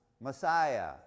Messiah